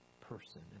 person